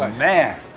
um man.